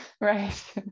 Right